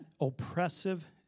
oppressive